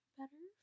better